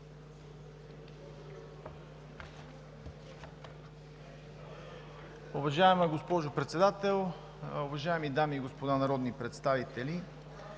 уважаеми господин Председател. Уважаеми дами и господа народни представители!